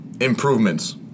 improvements